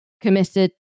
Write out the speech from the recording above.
committed